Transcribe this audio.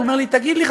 אומר לי: תגיד לי,